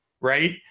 Right